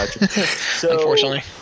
unfortunately